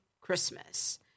Christmas